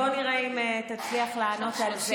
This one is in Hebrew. בוא נראה אם תצליח לענות על זה,